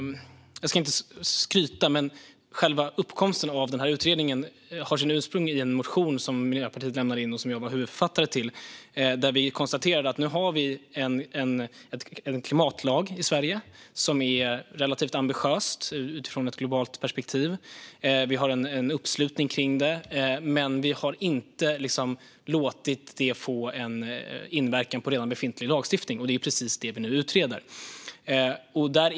Jag ska inte skryta, men själva uppkomsten av den här utredningen har sitt ursprung i en motion som Miljöpartiet lämnade in och som jag var huvudförfattare till. Där konstaterade vi att vi nu har en klimatlag i Sverige som är relativt ambitiös utifrån ett globalt perspektiv. Vi har uppslutning kring den, men vi har inte låtit den få inverkan på befintlig lagstiftning. Det är precis det vi nu utreder.